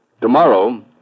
Tomorrow